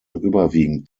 überwiegend